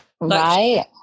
Right